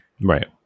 Right